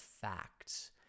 facts